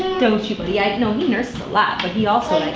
don't you buddy? ah no he nurses a lot but he also like